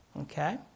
okay